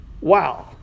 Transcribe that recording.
Wow